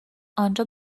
آنجا